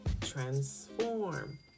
transform